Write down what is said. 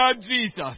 Jesus